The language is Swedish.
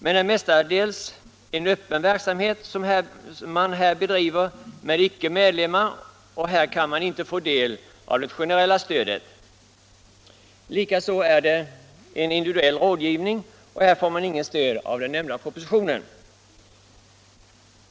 Det är mestadels en öppen verksamhet man bedriver med icke medlemmar och här kan man inte få del av det generella stödet. Likaså är det en individuell rådgivning och här får man inget stöd av den nämnda propositionen.